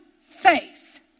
faith